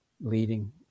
leading